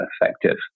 effective